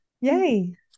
Yay